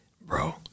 bro